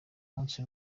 munsi